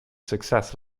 success